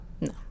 No